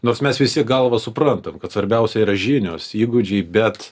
nors mes visi galva suprantam kad svarbiausia yra žinios įgūdžiai bet